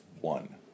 one